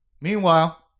Meanwhile